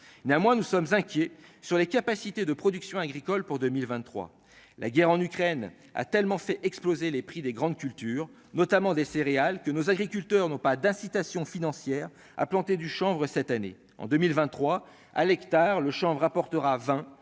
néanmoins, nous sommes inquiets sur les capacités de production agricole pour 2023 la guerre en Ukraine a tellement fait exploser les prix des grandes cultures, notamment des céréales que nos agriculteurs n'ont pas d'incitation financière à planter du chanvre cette année en 2023 à l'hectare, le chanvre rapportera 20